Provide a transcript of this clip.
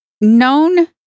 known